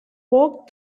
walk